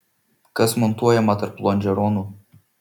kas montuojama tarp lonžeronų